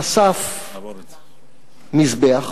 חשף מזבח